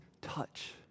touch